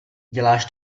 děláš